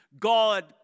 God